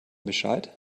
bescheid